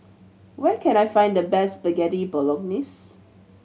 where can I find the best Spaghetti Bolognese